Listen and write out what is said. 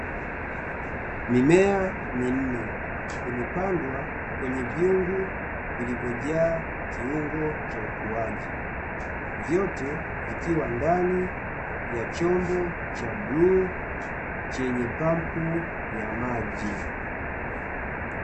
Mimea minne imepandwa kwenye vyungu vilivyojaa kiungo cha ukuaji, vyote vikiwa ndani ya chombo cha bluu chenye pampu ya maji.